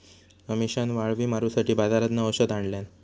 अमिशान वाळवी मारूसाठी बाजारातना औषध आणल्यान